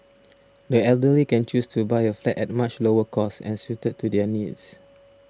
the elderly can choose to buy a flat at much lower cost and suited to their needs